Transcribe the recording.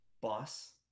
boss